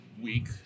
week